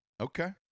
Okay